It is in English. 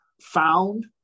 found